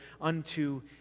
unto